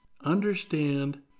Understand